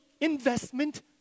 investment